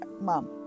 Mom